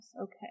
Okay